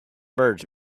birds